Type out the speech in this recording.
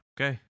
Okay